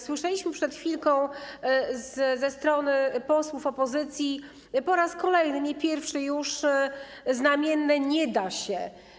Słyszeliśmy przed chwilą ze strony posłów opozycji po raz kolejny, nie pierwszy już, znamienne: nie da się.